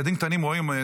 ילדים קטנים רואים.